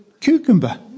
Cucumber